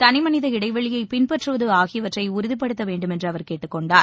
தனி மனித இடைவெளியை பின்பற்றுவது ஆகியவற்றை உறுதிப்படுத்த வேண்டுமென்று அவர் கேட்டுக் கொண்டார்